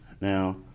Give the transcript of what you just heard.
now